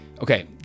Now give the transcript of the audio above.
Okay